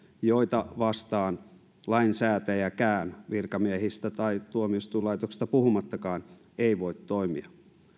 joita vastaan lainsäätäjäkään virkamiehistä tai tuomioistuinlaitoksista puhumattakaan ei voi toimia